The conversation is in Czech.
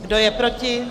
Kdo je proti?